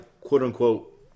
quote-unquote